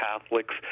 Catholics